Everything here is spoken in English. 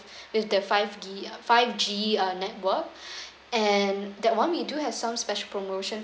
with the five gi~ five G uh network and that one we do have some special promotion